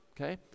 okay